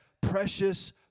precious